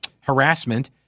harassment